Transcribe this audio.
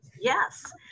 Yes